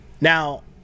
Now